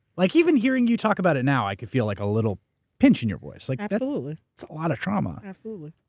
like even hearing you talk about it now, i can feel like a little pinch in your voice. like absolutely. it's a lot of trauma. absolutely,